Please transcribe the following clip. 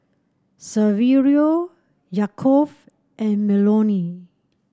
Saverio Yaakov and Melony